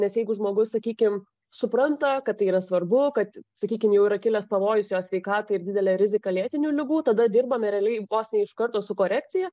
nes jeigu žmogus sakykim supranta kad tai yra svarbu kad sakykim jau yra kilęs pavojus jo sveikatai ir didelė rizika lėtinių ligų tada dirbame realiai vos ne iš karto su korekcija